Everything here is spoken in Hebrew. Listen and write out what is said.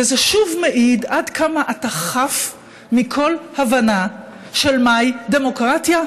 וזה שוב מעיד עד כמה אתה חף מכל הבנה של מהי דמוקרטיה.